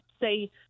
say